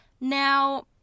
Now